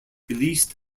released